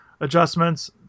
adjustments